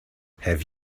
have